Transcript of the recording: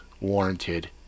warranted